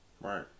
Right